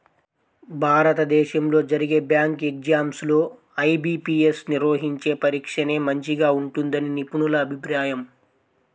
భారతదేశంలో జరిగే bank exams లో ఐ.బీ.పీ.యస్ నిర్వహించే పరీక్షనే మంచిగా ఉంటుందని నిపుణుల అభిప్రాయం